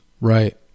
right